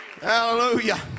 Hallelujah